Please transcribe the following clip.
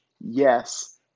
yes